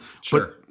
Sure